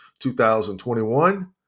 2021